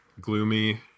gloomy